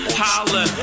holla